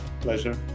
Pleasure